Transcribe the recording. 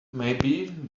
maybe